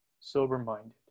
sober-minded